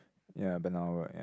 ya been hour ya